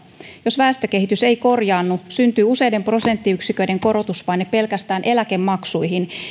jos väestökehitys ei korjaannu syntyy useiden prosenttiyksiköiden korotuspaine pelkästään eläkemaksuihin